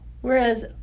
Whereas